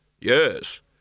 Yes